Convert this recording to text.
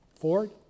Ford